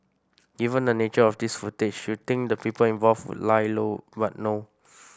given the nature of this footage you think the people involved would lie low but no